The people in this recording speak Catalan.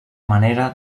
manera